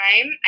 time